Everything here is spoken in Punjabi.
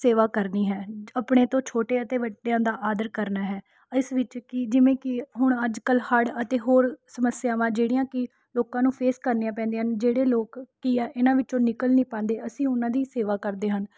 ਸੇਵਾ ਕਰਨੀ ਹੈ ਆਪਣਿਆਂ ਤੋਂ ਛੋਟੇ ਅਤੇ ਵੱਡਿਆਂ ਦਾ ਆਦਰ ਕਰਨਾ ਹੈ ਇਸ ਵਿੱਚ ਕਿ ਜਿਵੇਂ ਕਿ ਹੁਣ ਅੱਜ ਕੱਲ ਹੜ੍ਹ ਅਤੇ ਹੋਰ ਸਮੱਸਿਆਵਾਂ ਜਿਹੜੀਆਂ ਕਿ ਲੋਕਾਂ ਨੂੰ ਫੇਸ ਕਰਨੀਆਂ ਪੈਦੀਆਂ ਹਨ ਜਿਹੜੇ ਲੋਕ ਕੀ ਹੈ ਇਹਨਾਂ ਵਿੱਚੋਂ ਨਿਕਲ ਨਹੀਂ ਪਾਉਂਦੇ ਅਸੀਂ ਉਹਨਾਂ ਦੀ ਸੇਵਾ ਕਰਦੇ ਹਨ